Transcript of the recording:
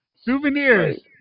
Souvenirs